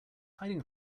hiding